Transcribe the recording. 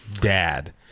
dad